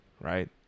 right